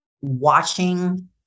watching